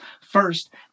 First